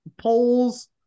polls